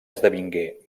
esdevingué